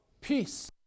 peace